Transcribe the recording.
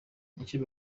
icyo